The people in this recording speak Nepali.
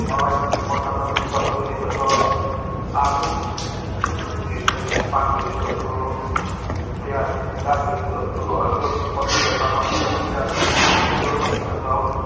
मलाई मोटामोटी दस केजी जस्तो आलु इस्कुस पाँच केजी जस्तो प्याज चार केजी जस्तो यस्तो कतिवटा सामानहरू मिलाएर ल्याउने विचार छ हौ